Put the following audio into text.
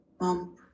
mom